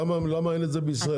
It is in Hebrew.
למה באמת אין את זה בישראל?